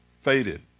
faded